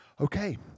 Okay